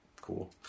cool